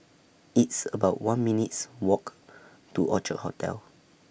It's about one minutes' Walk to Orchard Hotel